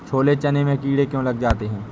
छोले चने में कीड़े क्यो लग जाते हैं?